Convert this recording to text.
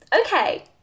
okay